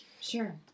sure